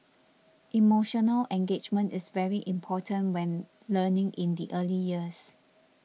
emotional engagement is very important when learning in the early years